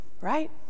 right